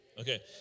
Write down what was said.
Okay